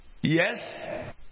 Yes